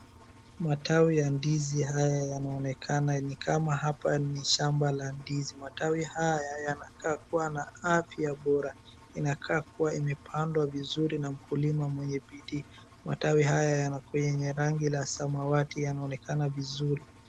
Matawi ya ndizi haya yanaonekana ni kama hapa ni shamba la ndizi. Matawi haya yanakaa kuwa na afya bora. Inakaa kuwa imepandwa vizuri na mkulima mwenye bidii. Matawi haya yanakuwa yenye rangi la samawati yanaonekana vizuri.